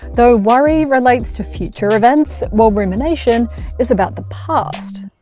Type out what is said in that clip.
though worry relates to future events, while rumination is about the past.